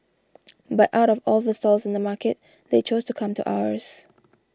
but out of all the stalls in the market they chose to come to ours